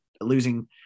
losing